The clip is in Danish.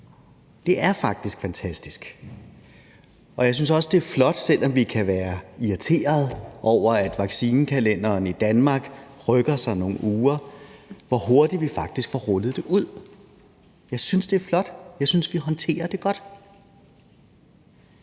Det er faktisk fantastisk. Jeg synes også, det er flot, selv om vi kan være irriterede over, at vaccinationskalenderen i Danmark rykker sig nogle uger, hvor hurtigt vi faktisk får rullet det ud. Jeg synes, det er flot. Jeg synes, vi håndterer det godt.